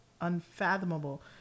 unfathomable